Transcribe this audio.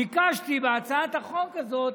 ביקשתי בהצעת החוק הזאת